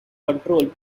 control